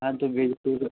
हाँ तो